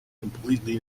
completely